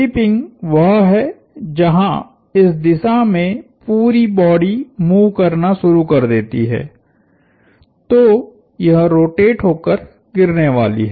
tipping वह है जहां इस दिशा में पूरी बॉडी मूव करना शुरू कर देती है तो यह रोटेट होकर गिरने वाली है